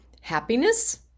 happiness